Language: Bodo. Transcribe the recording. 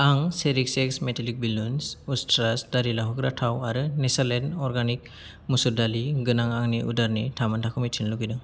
आं चेरिश एक्स मेटेलिक बेलुन्स उस्त्रा दारि लावहोग्रा थाव आरो नेचारलेण्ड अर्गेनिक मुसुर दालि गोनां आंनि अर्डारनि थामानखौ मिथिनो लुबैदों